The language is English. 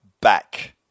back